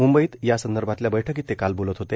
म्ंबईत यासंदर्भातल्या बैठकीत ते काल बोलत होते